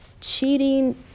Cheating